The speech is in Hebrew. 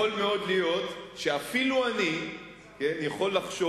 יכול מאוד להיות שאפילו אני יכול לחשוב